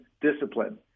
discipline